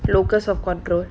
lost of control